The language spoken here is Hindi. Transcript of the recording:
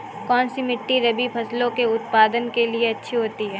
कौनसी मिट्टी रबी फसलों के उत्पादन के लिए अच्छी होती है?